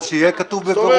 אז שיהיה כתוב בבירור.